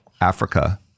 Africa